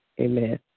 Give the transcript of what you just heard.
Amen